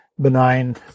benign